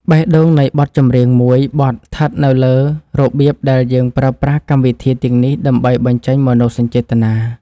បេះដូងនៃបទចម្រៀងមួយបទស្ថិតនៅលើរបៀបដែលយើងប្រើប្រាស់កម្មវិធីទាំងនេះដើម្បីបញ្ចេញមនោសញ្ចេតនា។